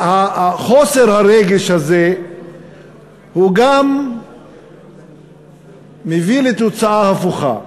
וחוסר הרגש הזה גם מביאים לתוצאה הפוכה,